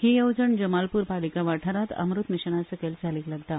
ही येवजण जमालपूर पालिका वाठारांत अमृत मिशनासकयल चालीक लागता